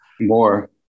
More